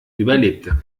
überlebte